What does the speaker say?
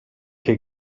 che